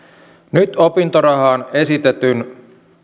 nyt opintorahaan esitetyn